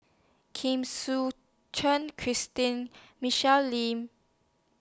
Suchen Christine Michelle Lim